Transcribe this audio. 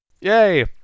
Yay